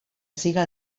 siga